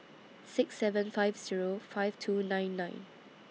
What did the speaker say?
six seven five Zero five two nine nine